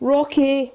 Rocky